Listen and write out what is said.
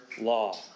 law